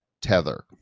tether